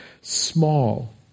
small